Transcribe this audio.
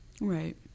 Right